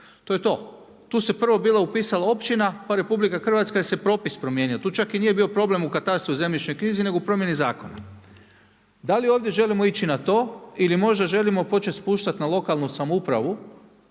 To je to. Tu se prvo bila upisala općina, pa RH, jer se propis promijenio. Tu čak i nije bio problem u katastru zemljišne knjizi, nego u promjeni zakona. Da li ovdje želimo ići na to ili možda želimo početi spuštati na lokalnu samoupravu,